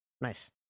Nice